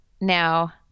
Now